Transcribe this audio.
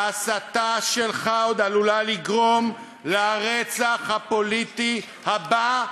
ההסתה שלך עוד עלולה לגרום לרצח הפוליטי הבא,